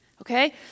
Okay